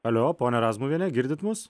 alio ponia razmuviene girdite mus